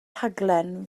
rhaglen